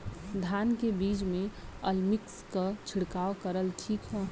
धान के बिज में अलमिक्स क छिड़काव करल ठीक ह?